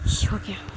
ہو گیا